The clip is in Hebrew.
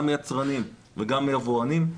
גם יצרנים וגם יבואנים.